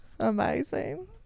Amazing